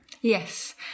Yes